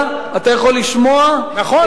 במספרה אתה יכול לשמוע, נכון.